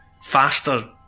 faster